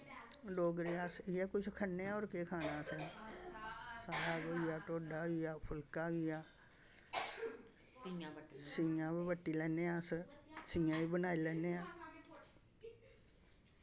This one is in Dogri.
डोगरे अस इ'यै कुछ खन्ने होर केह् खाना असें साग होई गेआ ढोडा होई गेआ फुलका होई गेआ सीयां बी बट्टी लैन्ने अस सीयां बी बनाई लैन्ने आं